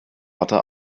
watte